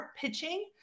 pitching